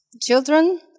children